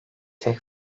tek